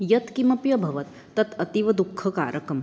यत्किमपि अभवत् तत् अतीव दुःखकारकं